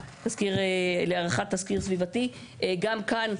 גם כאן,